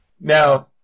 Now